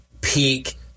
peak